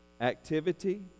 activity